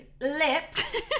lips